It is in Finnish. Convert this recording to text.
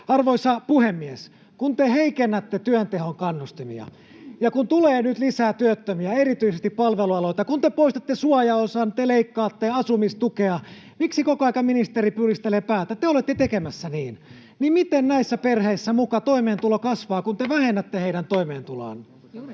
Arvoisa puhemies! Kun te heikennätte työnteon kannustimia, kun tulee nyt lisää työttömiä erityisesti palvelualoilta, kun te poistatte suojaosan ja leikkaatte asumistukea — miksi koko ajan ministeri pudistelee päätä, te olette tekemässä niin — niin miten näissä perheissä muka toimeentulo kasvaa, kun te vähennätte heidän toimeentuloaan? [Ben